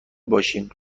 باشیم